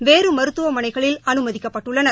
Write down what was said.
வேறு மருத்துவமனைகளில் அனுமதிக்கப்பட்டுள்ளனர்